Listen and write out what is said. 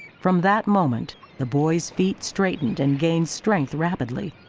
from that moment, the boy's feet straightened and gained strength rapidly.